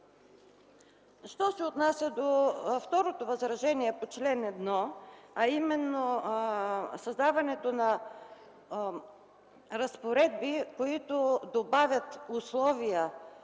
Що се отнася до второто възражение по чл. 1, а именно създаването на разпоредби, които добавят условия